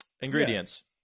Ingredients